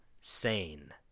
sane